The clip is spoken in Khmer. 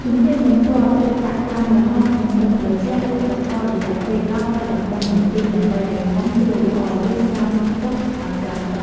ជំហានបន្ទាប់ត្រូវដាក់ត្រាំល្ហុងក្នុងទឹកត្រជាក់ ឬទឹកកករយៈពេល ១០-១៥ នាទី ដើម្បីឲ្យល្ហុងស្រួយល្អ រួចស្រង់ទុកឲ្យស្រស់ទឹក។